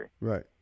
right